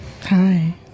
Hi